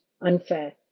unfair